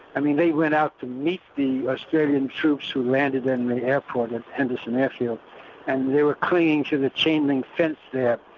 i mean they went out to meet the australian troops who landed at and the airport at henderson airfield and they were clinging to the chain-link fence there.